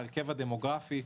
ההרכב הדמוגרפי,